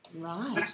Right